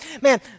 man